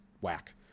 whack